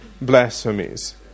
blasphemies